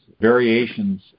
variations